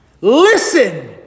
Listen